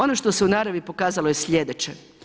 Ono što se u naravi pokazalo je sljedeće.